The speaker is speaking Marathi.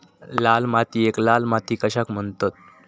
लाल मातीयेक लाल माती कशाक म्हणतत?